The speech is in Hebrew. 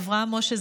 אברהם משה,